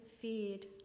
feared